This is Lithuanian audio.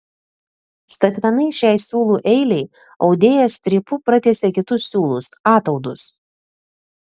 statmenai šiai siūlų eilei audėjas strypu pratiesia kitus siūlus ataudus